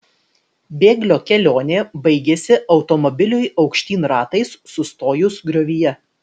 bėglio kelionė baigėsi automobiliui aukštyn ratais sustojus griovyje